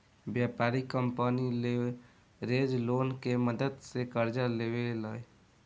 व्यापारिक company leverage loan के मदद से कर्जा लेवे ले